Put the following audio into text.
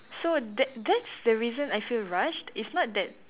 so that that's the reason I feel rushed it's not that